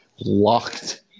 locked